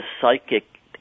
psychic